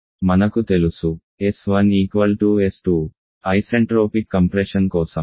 మనకు తెలుసు s1 s2 isentropic compression కోసం